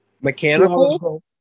Mechanical